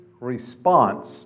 response